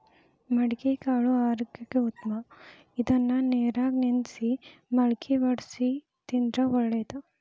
ಮಡಿಕಿಕಾಳು ಆರೋಗ್ಯಕ್ಕ ಉತ್ತಮ ಇದ್ನಾ ನೇರಾಗ ನೆನ್ಸಿ ಮಳ್ಕಿ ವಡ್ಸಿ ತಿಂದ್ರ ಒಳ್ಳೇದ